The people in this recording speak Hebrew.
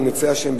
אם ירצה השם,